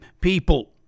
people